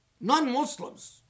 non-Muslims